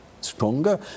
stronger